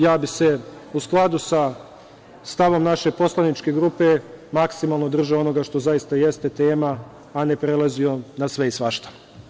Ja bih se, u skladu sa stavom naše poslaničke grupe, maksimalno držao onoga što zaista jeste tema, a ne prelazio na sve i svašta.